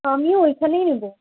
আমিও এইখানেই নেবো